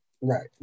Right